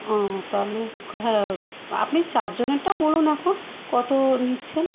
ও তাহলে হ্যাঁ আপনি চারজনেরটা বলুন এখন কত নিচ্ছেন